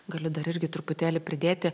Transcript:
galiu dar irgi truputėlį pridėti